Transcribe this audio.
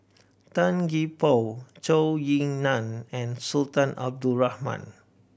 Tan Gee Paw Zhou Ying Nan and Sultan Abdul Rahman